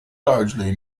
largely